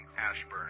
Ashburn